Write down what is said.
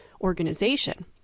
organization